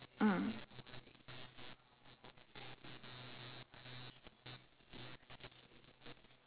mm